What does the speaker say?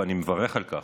ואני מברך על כך,